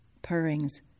Purrings